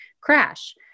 crash